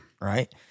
Right